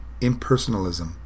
impersonalism